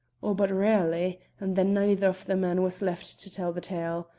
or but rarely, and then neither of the men was left to tell the tale.